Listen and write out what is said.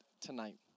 tonight